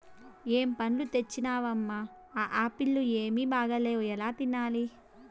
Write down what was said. ఏం పండ్లు తెచ్చినవమ్మ, ఆ ఆప్పీల్లు ఏమీ బాగాలేవు ఎలా తినాలి